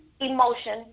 emotion